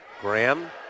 Graham